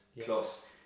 plus